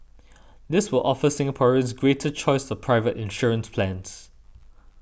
this will offer Singaporeans greater choice of private insurance plans